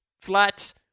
flat